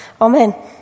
Amen